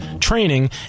training